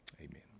Amen